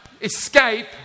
escape